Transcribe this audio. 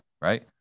right